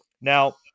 Now